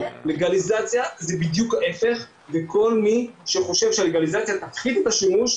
לגליזציה זה בדיוק ההיפך וכל מי שחושב שהלגליזציה תפחית את השימוש,